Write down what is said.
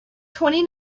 twenty